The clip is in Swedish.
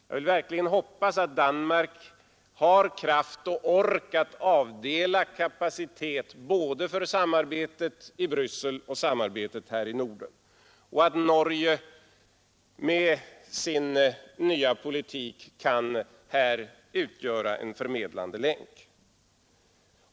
Jag vill verkligen hoppas att Danmark har kraft och ork att avdela kapacitet både för samarbetet i Bryssel och för samarbetet här i Norden och att Norge med sin nya politik här kan utgöra en förmedlande länk.